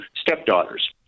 stepdaughters